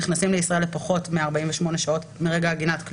נכנסים לישראל לפחות מ-48 שעות מרגע עגינת כלי